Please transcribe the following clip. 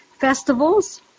festivals